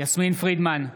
יסמין פרידמן,